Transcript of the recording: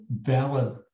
valid